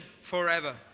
forever